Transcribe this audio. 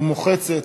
ומוחצת,